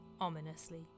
ominously